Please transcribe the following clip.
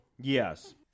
Yes